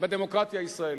בדמוקרטיה הישראלית.